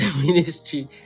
ministry